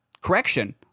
correction